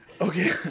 Okay